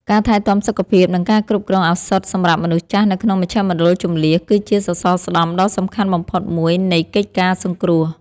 ការថែទាំសុខភាព និងការគ្រប់គ្រងឱសថសម្រាប់មនុស្សចាស់នៅក្នុងមជ្ឈមណ្ឌលជម្លៀស គឺជាសសរស្តម្ភដ៏សំខាន់បំផុតមួយនៃកិច្ចការសង្គ្រោះ។